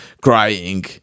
crying